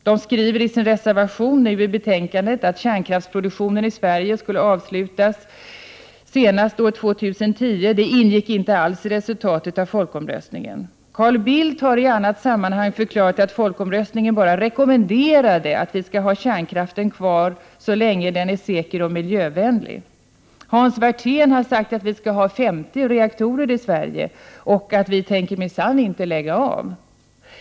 De skriver i sin reservation till betänkandet: ”Att kärnkraftsproduktionen i Sverige skulle avslutas senast år 2010 ingick inte i resultatet av folkomröstningen år 1980.” Carl Bildt har i annat sammanhang förklarat att folkomröstningen bara rekommenderade att vi skall ha kärnkraften kvar ”så länge den är säker och miljövänlig”. Hans Werthén har sagt att vi skall ha 50 reaktorer i Sverige, och ”vi tänker inte lägga av”.